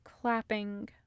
clapping